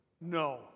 No